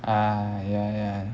ah ya ya